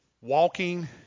walking